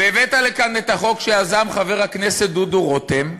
והבאת לכאן את החוק שיזם חבר הכנסת דודו רותם,